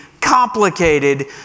Complicated